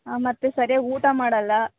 ಮತ್ತೆ ಸರಿಯಾಗಿ ಊಟ ಮಾಡಲ್ಲ